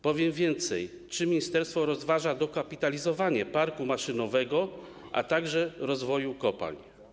Powiem więcej: Czy ministerstwo rozważa dokapitalizowanie parku maszynowego, a także rozwoju kopalń?